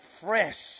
fresh